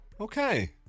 okay